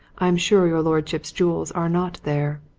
i am sure your lordship's jewels are not there.